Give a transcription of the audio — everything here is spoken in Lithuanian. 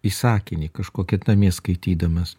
į sakinį kažkokį namie skaitydamas